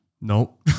Nope